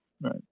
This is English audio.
right